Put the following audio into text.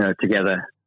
together